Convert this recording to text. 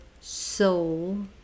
soul